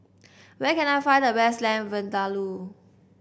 where can I find the best Lamb Vindaloo